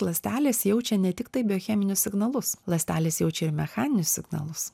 ląstelės jaučia netiktai biocheminius signalus ląstelės jaučia ir mechaninius signalus